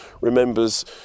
remembers